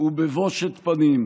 ובבושת פנים.